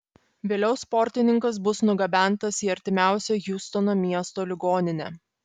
vėliau sportininkas bus nugabentas į artimiausią hjustono miesto ligoninę